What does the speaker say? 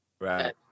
Right